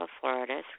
Florida